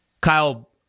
Kyle